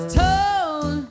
told